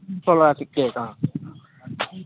तिन तोला चाहिँ केक अँ